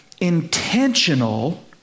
intentional